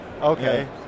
Okay